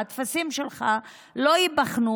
הטפסים שלך לא ייבחנו,